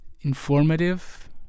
informative